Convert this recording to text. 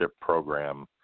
program